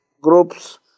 groups